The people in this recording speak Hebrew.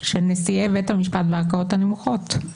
של נשיאי בתי המשפט בערכאות הנמוכות.